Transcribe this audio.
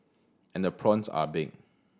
and the prawns are big